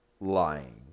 lying